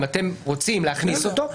אם אתם רוצים להכניס אותו,